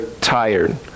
tired